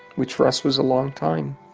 which for us was a long time.